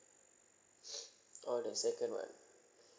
oh the second one